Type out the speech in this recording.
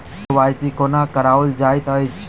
KYC कोना कराओल जाइत अछि?